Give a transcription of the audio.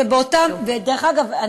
דרך אגב,